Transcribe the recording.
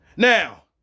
Now